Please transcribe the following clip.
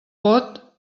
pot